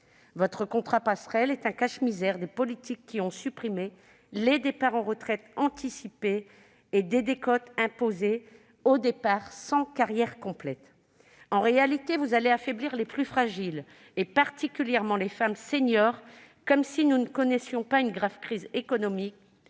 Votre « contrat passerelle » est un cache-misère des politiques qui ont supprimé les départs en retraite anticipée et des décotes imposées aux départs sans carrière complète. En réalité, vous allez affaiblir les plus fragiles, et particulièrement les femmes seniors, comme si nous ne connaissions pas une grave crise économique